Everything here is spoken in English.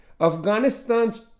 Afghanistan's